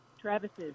Travis's